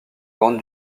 grande